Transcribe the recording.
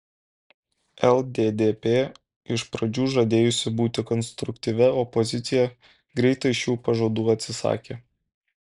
lddp iš pradžių žadėjusi būti konstruktyvia opozicija greitai šių pažadų atsisakė